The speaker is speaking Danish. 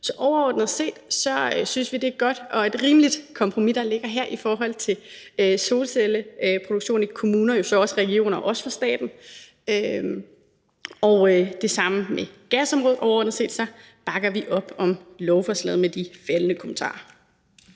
Så overordnet set synes vi, det er et godt og et rimeligt kompromis, der ligger her i forhold til solcelleproduktion i kommuner, men også i regioner og også for staten. Det er det samme med gasområdet. Overordnet set bakker vi op om lovforslaget med de faldne kommentarer.